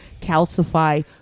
calcify